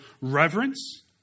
reverence